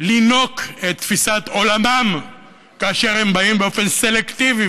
לינוק את תפיסת עולמם כאשר הם באים באופן סלקטיבי,